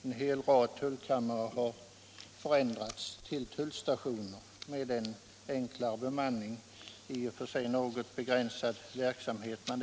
En hel rad tullkamrar har förändrats till tullstationer med den enklare bemanning som behövs för den i och för sig något begränsade verksamheten.